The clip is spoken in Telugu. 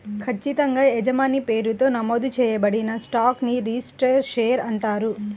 ఖచ్చితంగా యజమాని పేరుతో నమోదు చేయబడిన స్టాక్ ని రిజిస్టర్డ్ షేర్ అంటారు